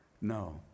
no